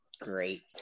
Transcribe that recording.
Great